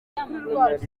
uretse